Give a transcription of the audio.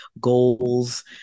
goals